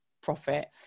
profit